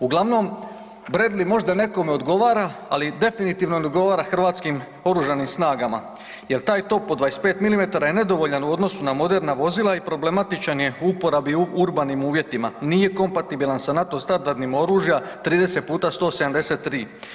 Uglavnom, Bradley možda nekome odgovara ali definitivno ne odgovara Hrvatskim oružanim snagama jer taj top od 25 mm je nedovoljan u odnosu na moderna vozila i problematičan je u uporabi u urbanim uvjetima, nije kompatibilan sa NATO-ovim standardom oružja, 30x173.